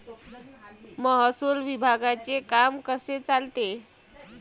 महसूल विभागाचे काम कसे चालते?